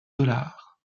dollars